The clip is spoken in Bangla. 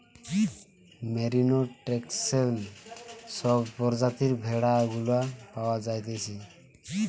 মেরিনো, টেক্সেল সব প্রজাতির ভেড়া গুলা পাওয়া যাইতেছে